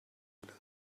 wooden